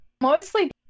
mostly